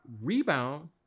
rebound